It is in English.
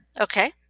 okay